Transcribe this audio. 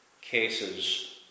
cases